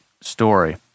story